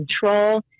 control